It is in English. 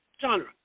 genre